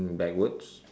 backwards